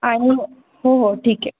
आणि हो हो ठीक